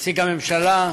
נציג הממשלה,